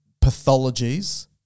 pathologies